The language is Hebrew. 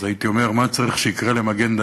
אז הייתי אומר: מה צריך שיקרה למגן-דוד-אדום?